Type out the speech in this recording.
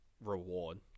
reward